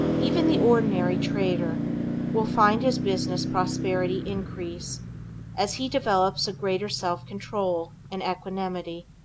even the ordinary trader will find his business prosperity increase as he develops a greater self-control and equanimity,